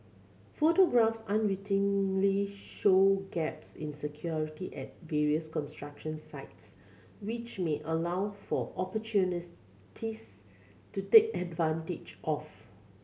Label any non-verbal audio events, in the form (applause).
photographs unwittingly show gaps in security at various construction sites which may allow for (unintelligible) to take advantage of